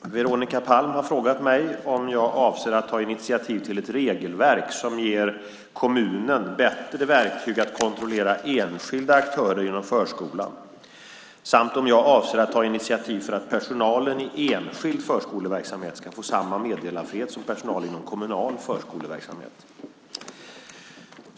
Veronica Palm har frågat mig om jag avser att ta initiativ till ett regelverk som ger kommunen bättre verktyg att kontrollera enskilda aktörer inom förskolan samt om jag avser att ta initiativ för att personalen i enskild förskoleverksamhet ska få samma meddelarfrihet som personal inom kommunal förskoleverksamhet.